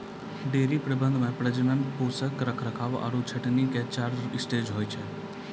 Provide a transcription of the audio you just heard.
dairy प्रबंधन मॅ प्रजनन, पोषण, रखरखाव आरो छंटनी के चार स्टेज होय छै